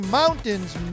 mountains